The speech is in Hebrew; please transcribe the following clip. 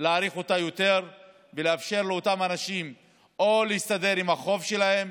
להאריך אותה יותר ונאפשר לאותם אנשים לסדר את החוב שלהם,